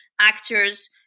actors